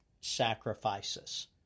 sacrifices